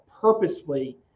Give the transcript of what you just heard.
purposely